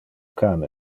can